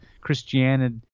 christianity